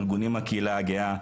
ארגונים מהקהילה הגאה,